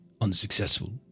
unsuccessful